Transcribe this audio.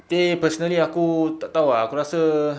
tapi personally aku tak tahu ah aku rasa